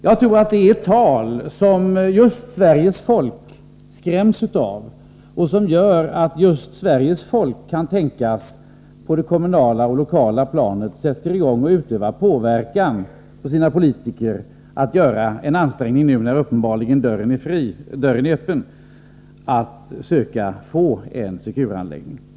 Jag tror att det är tal som Sveriges folk skräms av och som gör att Sveriges folk kan tänkas på det kommunala och lokala planet sätta i gång att utöva påverkan på sina politiker för att de skall göra ansträngningar — nu när dörren uppenbarligen är öppen — att söka få en Secureanläggning.